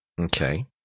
Okay